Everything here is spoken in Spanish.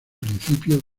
principios